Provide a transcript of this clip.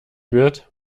wird